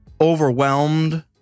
overwhelmed